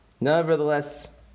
nevertheless